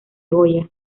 goya